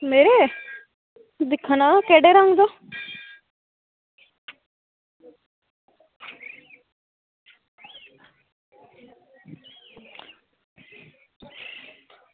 मेरे दिक्खना केह्ड़े रंग दा